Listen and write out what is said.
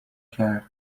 کرد